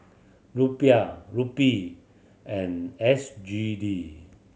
Rupiah Rupee and S G D